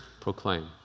proclaim